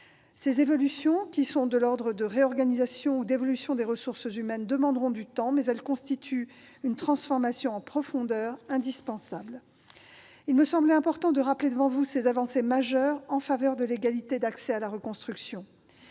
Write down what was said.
Ces évolutions, qui sont de l'ordre de réorganisations ou d'évolutions des ressources humaines, demanderont du temps, mais elles constituent une transformation en profondeur indispensable. Mesdames, messieurs les sénateurs, il me semblait important de rappeler devant vous ces avancées majeures en faveur de l'égalité d'accès à la reconstruction.